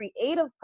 creative